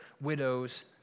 widows